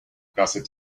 gossips